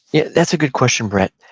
yeah that's a good question, brett.